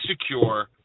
secure